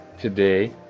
today